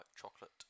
chocolate